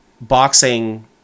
boxing